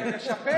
לשפץ?